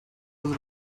yıl